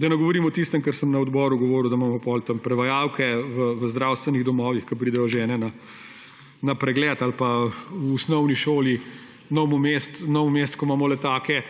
Da ne govorim o tistem, kar sem na odboru govoril, da imamo potem tam prevajalke v zdravstvenih domovih, ko pridejo žene na pregled, ali pa v osnovni šoli; v Novem mestu imamo letake,